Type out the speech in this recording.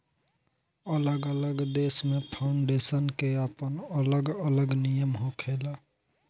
अलग अलग देश में फाउंडेशन के आपन अलग अलग नियम होखेला